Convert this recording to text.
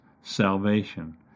salvation